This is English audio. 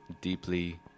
deeply